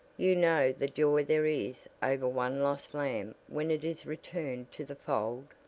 you know the joy there is over one lost lamb when it is returned to the fold?